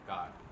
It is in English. God